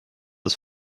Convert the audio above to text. das